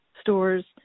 stores